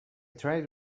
tried